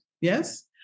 yes